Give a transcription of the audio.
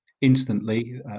instantly